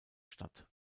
statt